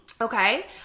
Okay